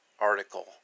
article